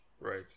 right